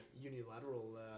unilateral